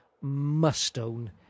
must-own